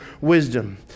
wisdom